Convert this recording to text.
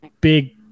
big